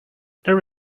there